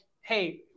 hey